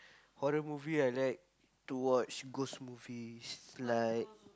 horror movie I like to watch ghosts movies like